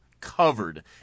covered